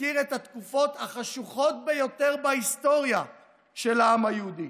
מזכיר את התקופות החשוכות ביותר בהיסטוריה של העם היהודי.